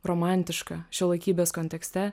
romantiška šiuolaikybės kontekste